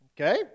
okay